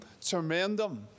tremendum